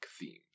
themes